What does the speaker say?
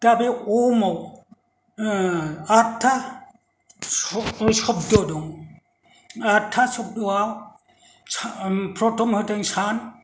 दा बे अमआव आटथा शब्द दं आटथा शब्दआव प्रथम होदों सान